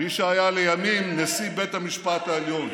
מי שהיה לימים נשיא בית המשפט העליון.